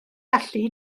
allu